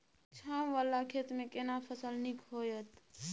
छै ॉंव वाला खेत में केना फसल नीक होयत?